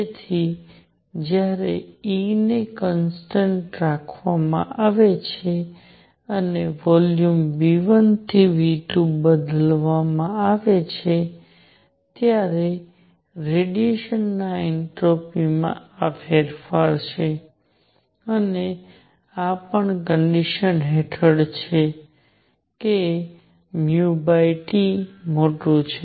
તેથી જ્યારે E ને કોન્સટન્ટ રાખવામાં આવે છે અને વોલ્યુમ V1 થી V2 માં બદલવામાં આવે છે ત્યારે રેડિયેશન ના એન્ટ્રોપીમાં આ ફેરફાર છે અને આ પણ કન્ડીશન હેઠળ છે કે T મોટું છે